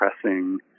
pressing